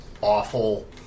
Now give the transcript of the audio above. awful